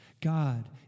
God